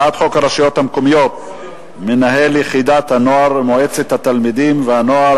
הרשויות המקומיות (מנהל יחידת הנוער ומועצת תלמידים ונוער),